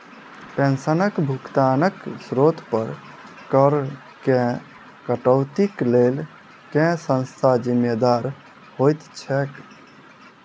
पेंशनक भुगतानक स्त्रोत पर करऽ केँ कटौतीक लेल केँ संस्था जिम्मेदार होइत छैक?